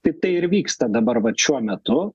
tai tai ir vyksta dabar vat šiuo metu